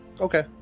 Okay